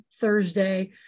Thursday